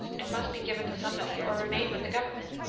it must be given to somebody, or remain with the government.